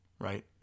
right